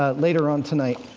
ah later on tonight,